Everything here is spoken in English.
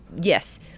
yes